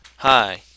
Hi